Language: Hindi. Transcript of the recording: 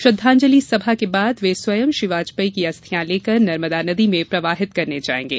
श्रद्वांजलि सभा के बाद वे स्वयं श्री वाजपेयी की अस्थियां लेकर नर्मदा नदी में प्रवाहित करने जाएंगे